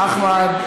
אחמד.